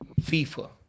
FIFA